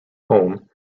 home